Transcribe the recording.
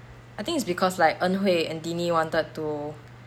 I think it's because like an hui and dinny wanted to